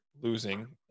losing